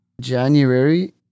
January